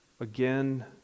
again